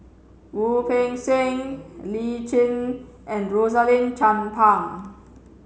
Wu Peng Seng Lee Tjin and Rosaline Chan Pang